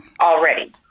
Already